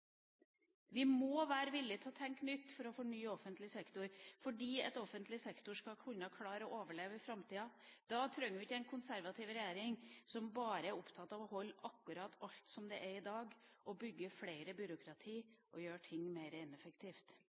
Vi må være villig til å tenke nytt for å fornye offentlig sektor for at offentlig sektor skal kunne klare å overleve i framtida. Da trenger vi ikke en konservativ regjering som bare er opptatt av å holde alt akkurat som det er i dag og bygge flere byråkratier og gjøre ting mer ineffektivt.